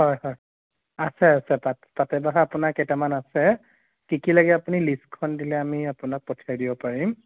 হয় হয় আছে আছে পাত পাতেবাহা আপোনাৰ কেইটামান আছে কি কি লাগে আপুনি লিষ্টখন দিলে আমি আপোনাক পঠিয়াই দিব পাৰিম